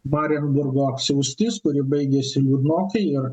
barenburgo apsiaustis kuri baigėsi liūdnokai ir